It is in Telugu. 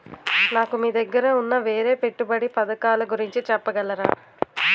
నాకు మీ దగ్గర ఉన్న వేరే పెట్టుబడి పథకాలుగురించి చెప్పగలరా?